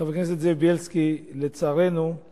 חבר הכנסת זאב בילסקי, לצערנו גם